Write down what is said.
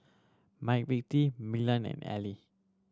McVitie Milan and Elle